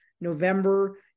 November